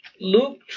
Luke